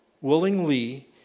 willingly